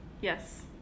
Yes